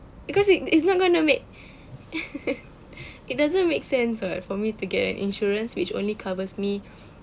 because it it's not gonna make it doesn't make sense [what] for me to get an insurance which only covers me